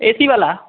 ए C वाला